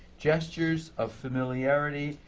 gestures of familiarity,